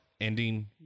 Ending